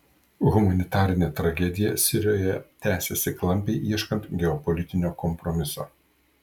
humanitarinė tragedija sirijoje tęsiasi klampiai ieškant geopolitinio kompromiso